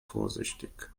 vorsichtig